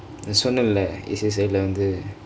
the சொன்னேல:sonnenla A_C_S_I வந்து:vanthu